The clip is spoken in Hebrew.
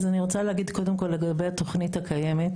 אז אני רוצה להגיד קודם כל לגבי התכנית הקיימת,